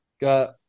got